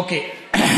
אוקיי.